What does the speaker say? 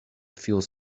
feels